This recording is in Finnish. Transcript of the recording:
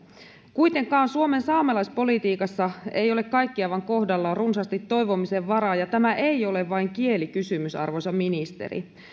kuitenkaan suomen saamelaispolitiikassa ei ole kaikki aivan kohdallaan ja on runsaasti toivomisen varaa ja tämä ei ole vain kielikysymys arvoisa ministeri